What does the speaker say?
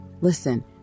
listen